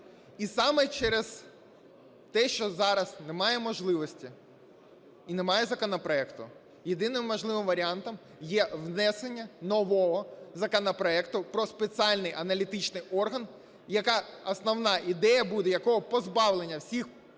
І саме через те, що зараз немає можливості і немає законопроекту, єдиним можливим варіантом є внесення нового законопроекту про спеціальний аналітичний орган, основна ідея якого буде позбавлення всіх